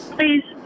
Please